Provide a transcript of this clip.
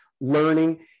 learning